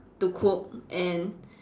to cook and